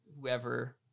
whoever